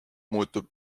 muutub